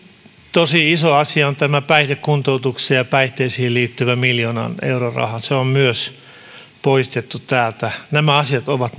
tosi iso asia on päihdekuntoutukseen ja päihteisiin liittyvä miljoonan euron raha se on myös poistettu täältä nämä asiat ovat